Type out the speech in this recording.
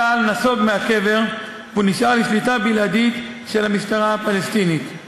צה"ל נסוג מהקבר והוא נשאר לשליטה בלעדית של המשטרה הפלסטינית.